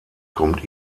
kommt